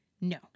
No